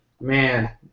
Man